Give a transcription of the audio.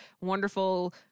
wonderful